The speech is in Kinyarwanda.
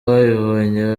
ababibonye